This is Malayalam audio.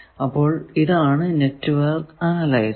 അപ്പോൾ ഇതാണ് നെറ്റ്വർക്ക് അനലൈസർ